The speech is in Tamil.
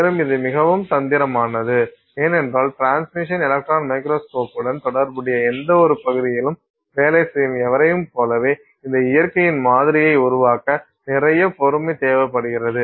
மேலும் இது மிகவும் தந்திரமானது ஏனென்றால் டிரான்ஸ்மிஷன் எலக்ட்ரான் மைக்ரோஸ்கோபியுடன் தொடர்புடைய எந்தவொரு பகுதியிலும் வேலை செய்யும் எவரையும் போலவே இந்த இயற்கையின் மாதிரியை உருவாக்க நிறைய பொறுமை தேவைப்படுகிறது